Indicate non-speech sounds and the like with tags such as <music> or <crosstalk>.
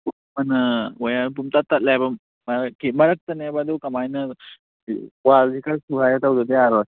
<unintelligible> wire ꯄꯨꯝꯇꯠ ꯇꯠꯂꯦꯕ ꯃꯔꯛꯀꯤ ꯃꯔꯛꯇꯅꯦꯕ ꯑꯗꯨ ꯀꯃꯥꯏꯅ ꯋꯥꯜꯁꯤ ꯈꯔ ꯊꯨꯒꯥꯏꯔꯒ ꯇꯧꯗ꯭ꯔꯗꯤ ꯌꯥꯔꯣꯏ